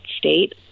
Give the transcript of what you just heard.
state